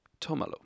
Tomalo